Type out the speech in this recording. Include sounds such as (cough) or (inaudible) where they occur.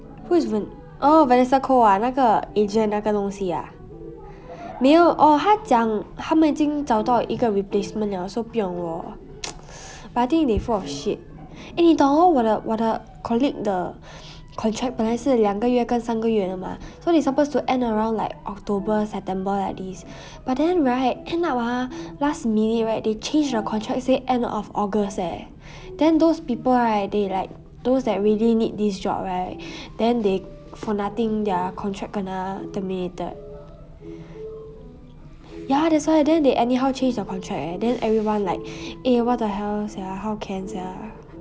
who is van~ orh vanessa koh ah 那个 agent 那个东西 ah 没有 orh 她讲他们已经找到一个 replacement 了 so 不用我 (noise) but I think they full of shit eh 你懂 hor 我的我的 colleague 的 contract 本来是两个月跟三个月的 mah so they supposed to end around like october september like this but then right end up ah last minute right they change the contract say end of august eh then those people right they like those that really need this job right then they for nothing their contract kena terminated ya that's why then they anyhow change the contract eh then everyone like eh what the hell sia how can sia